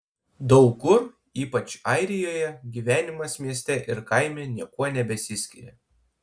daug kur ypač airijoje gyvenimas mieste ir kaime niekuo nebesiskiria